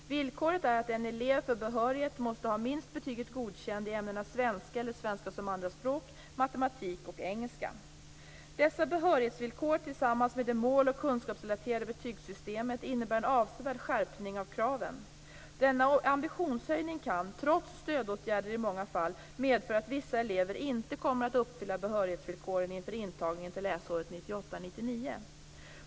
Villkoret är att en elev för behörighet måste ha minst betyget Godkänd i ämnena svenska 99.